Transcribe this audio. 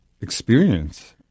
experience